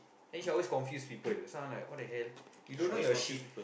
then she always confuse people so I'm like what the hell you don't know your shit